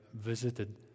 visited